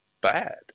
bad